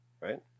Right